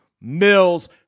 Mills